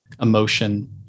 emotion